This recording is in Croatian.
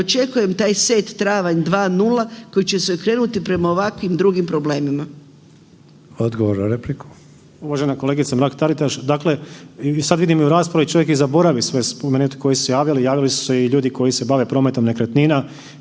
očekujem taj set travanj 20 koji će se okrenuti prema ovakvim drugim problemima. **Sanader, Ante (HDZ)** Hvala. Odgovor na repliku. **Žagar, Tomislav (HSU)** Uvažena kolegice Mrak Taritaš. Dakle, sada vidim u raspravi čovjek i zaboraviti sve spomenut koji su se javili, javili su se ljudi koji se bave prometom nekretnina,